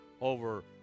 over